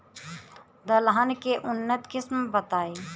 दलहन के उन्नत किस्म बताई?